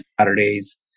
Saturdays